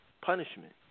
punishment